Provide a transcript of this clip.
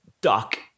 duck